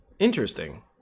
Interesting